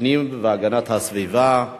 הפנים והגנת הסביבה נתקבלה.